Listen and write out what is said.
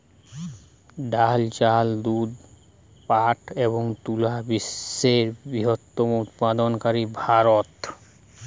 ডাল, চাল, দুধ, পাট এবং তুলা বিশ্বের বৃহত্তম উৎপাদনকারী ভারত